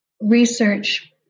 research